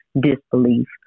disbelief